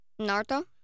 Naruto